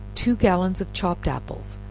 two gallons of chopped apples,